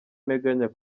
nteganya